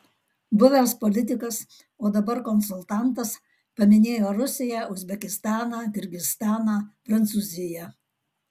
buvęs politikas o dabar konsultantas paminėjo rusiją uzbekistaną kirgizstaną prancūziją